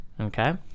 Okay